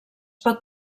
pot